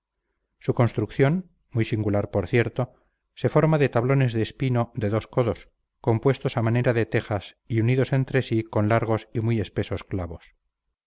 su construcción muy singular por cierto se forma de tablones de espino de dos codos compuestos a manera de tejas y unidos entre sí con largos y muy espesos clavos